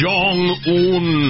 Jong-un